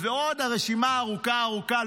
ועוד הרשימה ארוכה ארוכה,